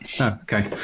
okay